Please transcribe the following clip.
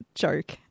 joke